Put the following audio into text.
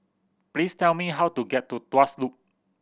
please tell me how to get to Tuas Loop